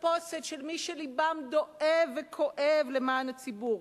תחפושת של מי שלבם דואב וכואב למען הציבור.